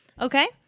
Okay